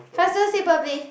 faster say properly